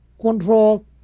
control